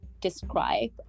describe